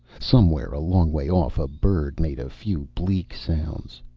somewhere a long way off a bird made a few bleak sounds.